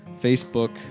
Facebook